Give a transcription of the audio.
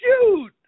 shoot